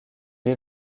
est